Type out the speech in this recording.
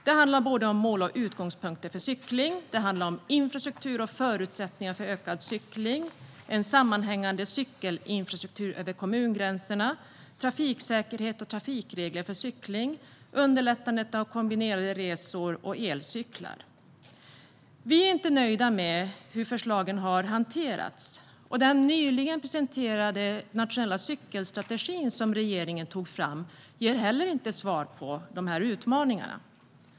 Reservationerna handlar om mål och utgångspunkter för cykling, om infrastruktur och förutsättningar för ökad cykling, om en sammanhängande cykelinfrastruktur över kommungränserna, om trafiksäkerhet och trafikregler för cykling, om underlättande av kombinerade resor samt om elcyklar. Vi är inte nöjda med hur förslagen har hanterats. Den nyligen presenterade nationella cykelstrategin som regeringen tog fram ger heller inte svar på utmaningarna.